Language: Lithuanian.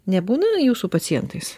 nebūna jūsų pacientais